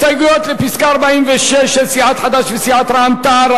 הסתייגות 46 של סיעת חד"ש וסיעת רע"ם-תע"ל,